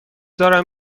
دارم